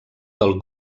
del